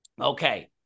Okay